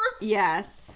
Yes